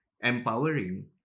empowering